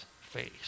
face